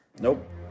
Nope